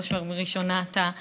בראש ובראשונה אתה.